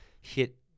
hit